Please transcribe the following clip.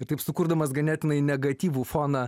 ir taip sukurdamas ganėtinai negatyvų foną